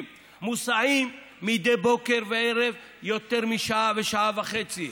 מוסעים מדי בוקר וערב יותר משעה ושעה וחצי.